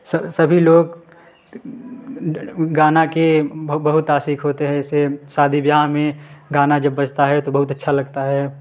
सभी लोग गाना के बहुत आशिक़ होते हैं ऐसे शादी ब्याह में गाना जब बजता है तो बहुत अच्छा लगता है